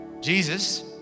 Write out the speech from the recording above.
Jesus